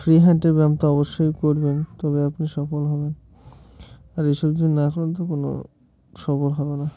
free হ্যান্ডের ব্যায়াম তো অবশ্যই করবেন তবে আপনি সফল হবেন আর এইসব যদি না করেন তো কোনো সফল হবে না